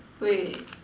wait